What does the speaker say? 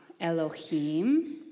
Elohim